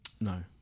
No